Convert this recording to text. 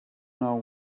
know